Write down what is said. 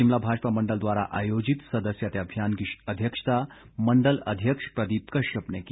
शिमला भाजपा मंडल द्वारा आयोजित सदस्यता अभियान की अध्यक्षता मंडल अध्यक्ष प्रदीप कश्यप ने की